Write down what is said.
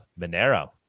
Monero